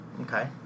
Okay